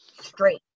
straight